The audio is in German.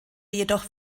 jedoch